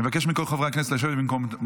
אני מבקש מכל חברי הכנסת לשבת במקומותיהם.